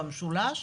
במשולש,